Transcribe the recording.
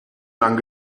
lang